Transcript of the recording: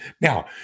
Now